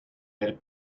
del